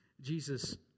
Jesus